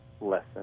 lesson